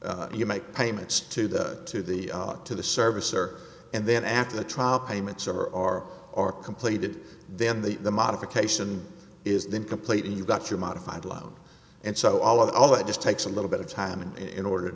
payments you make payments to that to the to the service or and then after the trial payments are or are completed then the the modification is then completed you've got your modified loan and so all of all that just takes a little bit of time in order to